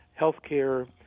healthcare